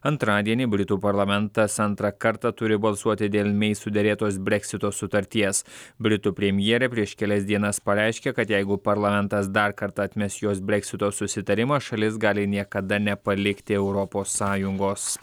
antradienį britų parlamentas antrą kartą turi balsuoti dėl nei suderėtos breksito sutarties britų premjerė prieš kelias dienas pareiškė kad jeigu parlamentas dar kartą atmes jos breksito susitarimą šalis gali niekada nepalikti europos sąjungos